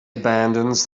abandons